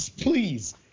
please